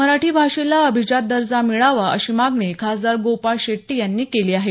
मराठी भाषेला अभिजात दर्जा मिळावा अशी मागणी खासदार गोपाळ शेट्टी यांनी केली आहे